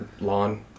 lawn